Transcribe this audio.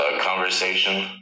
conversation